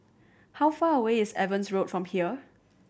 how far away is Evans Road from here